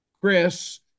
Chris